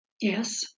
Yes